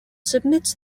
submits